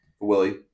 Willie